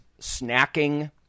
snacking